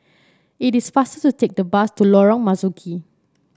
it is faster to take the bus to Lorong Marzuki